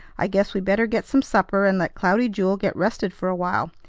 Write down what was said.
i guess we better get some supper and let cloudy jewel get rested for a while.